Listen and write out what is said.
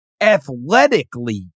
athletically